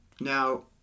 Now